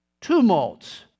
tumults